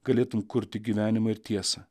galėtum kurti gyvenimą ir tiesą